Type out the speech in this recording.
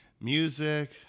music